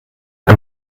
ein